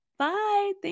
Bye